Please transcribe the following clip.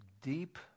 deep